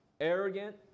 arrogant